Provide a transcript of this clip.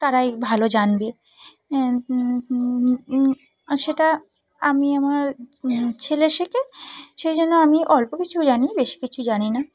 তারাই ভালো জানবে সেটা আমি আমার ছেলে শেখে সেই জন্য আমি অল্প কিছু জানি বেশি কিছু জানি না